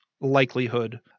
likelihood